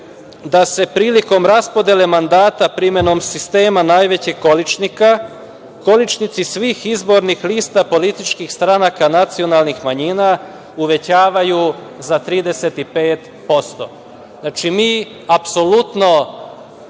da se prilikom raspodele mandata, primenom sistema najvećeg količnika, količnici svih izbornih lista političkih stranaka nacionalnih manjina uvećavaju za 35%.Znači, mi apsolutno